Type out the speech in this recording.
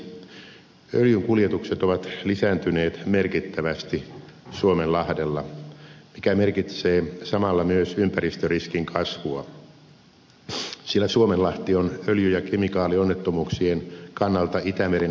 öljynkuljetukset ovat lisääntyneet merkittävästi suomenlahdella mikä merkitsee samalla myös ympäristöriskin kasvua sillä suomenlahti on öljy ja kemikaalionnettomuuksien kannalta itämeren herkimpiä alueita